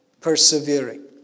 persevering